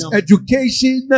education